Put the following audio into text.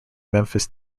memphis